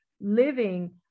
living